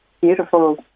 beautiful